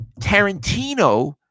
Tarantino